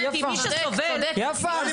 זה רק מחזק, שנייה, יפה.